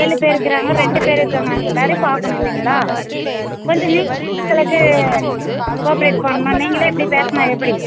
ஏழு பேர் இருக்கிறாங்க ரெண்டு பேர் இருக்கிறாங்க நாங்கள் எல்லாேரையும் பார்க்கணும் இல்லைங்களா கொஞ்சம் நீங்கள் தான் எங்களுக்கு கோப்ரேட் பண்ணணும் நீங்களே இப்படி பேசினால் எப்படி